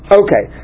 okay